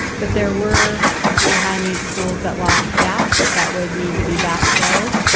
but there were equity high need schools that lost staff that would need to be backfilled,